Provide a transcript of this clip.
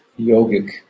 yogic